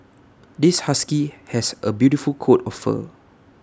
this husky has A beautiful coat of fur